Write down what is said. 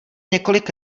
několik